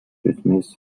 esmės